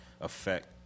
affect